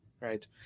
right